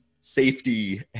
safety